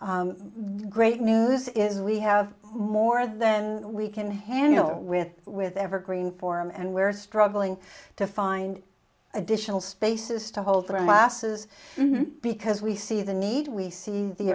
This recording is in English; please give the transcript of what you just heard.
the great news is we have more than we can handle with with evergreen form and we're struggling to find additional spaces to hold the masses because we see the need we see the